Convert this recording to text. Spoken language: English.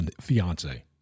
fiance